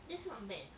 that's not bad ah